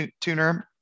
tuner